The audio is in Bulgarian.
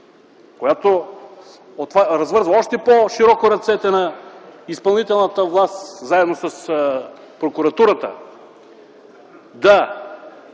която развързва още по-широко ръцете на изпълнителната власт - заедно с прокуратурата да